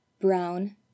brown